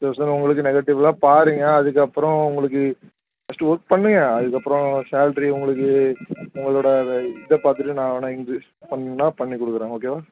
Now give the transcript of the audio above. six thousand உங்களுக்கு நெகட்டிவ்லாம் பாருங்க அதுக்கப்புறம் உங்களுக்கு ஃபஸ்ட்டு ஒர்க் பண்ணுங்க அதுக்கப்புறம் சேல்ரி உங்களுக்கு உங்களோடய இதை பார்த்துட்டு நான் வேணுணா இன்க்ரீஸ் பண்ணுன்னா பண்ணிக்கொடுக்குறேன் ஓகேவா